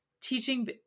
teaching